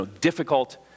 difficult